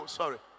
sorry